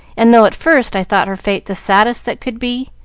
and though at first i thought her fate the saddest that could be,